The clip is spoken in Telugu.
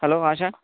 హలో ఆషా